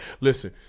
listen